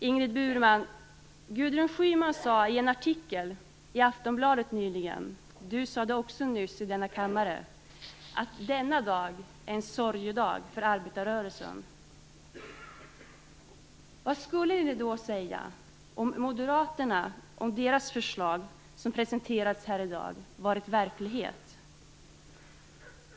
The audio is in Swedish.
Ingrid Burman! Gudrun Schyman sade i en artikel i Aftonbladet nyligen - Ingrid Burman sade det också nyss i denna kammare - att denna dag är en sorgedag för arbetarrörelsen. Vad skulle de då säga om Moderaternas förslag, som presenterats här i dag, varit verklighet?